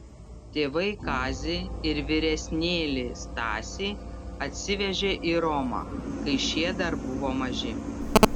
tėvai kazį ir vyresnėlį stasį atsivežė į romą kai šie dar buvo maži